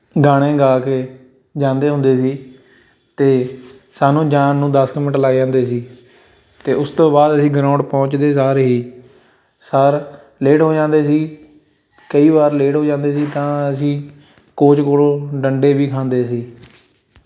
ਗਾਣੇ ਗਾ ਕੇ ਜਾਂਦੇ ਹੁੰਦੇ ਸੀ ਅਤੇ ਸਾਨੂੰ ਜਾਣ ਨੂੰ ਦਸ ਕੁ ਮਿੰਟ ਲੱਗ ਜਾਂਦੇ ਸੀ ਅਤੇ ਉਸ ਤੋਂ ਬਾਅਦ ਅਸੀਂ ਗਰਾਊਂਡ ਪਹੁੰਚਦੇ ਸਾਰ ਹੀ ਸਰ ਲੇਟ ਹੋ ਜਾਂਦੇ ਸੀ ਕਈ ਵਾਰ ਲੇਟ ਹੋ ਜਾਂਦੇ ਸੀ ਤਾਂ ਅਸੀਂ ਕੋਚ ਕੋਲੋਂ ਡੰਡੇ ਵੀ ਖਾਂਦੇ ਸੀ